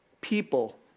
people